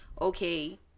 okay